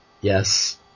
Yes